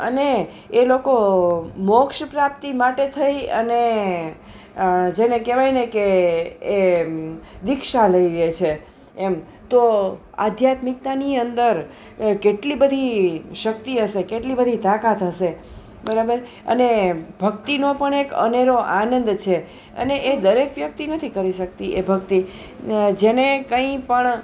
અને એ લોકો મોક્ષ પ્રાપ્તિ માટે થઈ અને જેને કહેવાય ને કે એ એ દીક્ષા લઈએ છે એમ તો આધ્યાત્મિકતાની અંદર કેટલી બધી શક્તિ હશે કેટલી બધી તાકાત હશે બરાબર અને ભક્તિનો પણ એક અનેરો આનંદ છે અને એ દરેક વ્યક્તિ નથી કરી શકતી એ ભક્તિ જેને કંઈ પણ